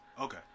Okay